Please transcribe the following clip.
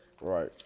Right